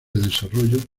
desarrollo